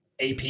AP